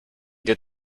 did